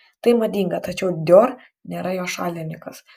tai madinga tačiau dior nėra jo šalininkas